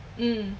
mm